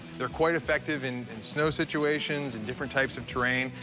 they're quite effective in in snow situations, in different types of terrain,